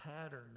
pattern